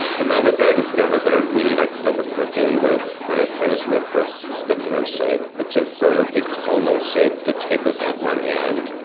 the moment i discovered that i really liked silversmithing was when i finished my first spiculum shape, which is sort of a conal shape that tapers at one end.